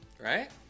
Right